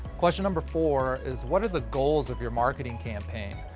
question number four, is what are the goals of your marketing campaign,